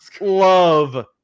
love